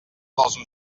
dels